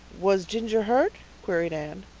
was ginger hurt? queried anne.